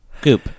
Goop